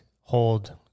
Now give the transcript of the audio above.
hold